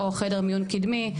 או חדר מיון קדמי.